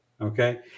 okay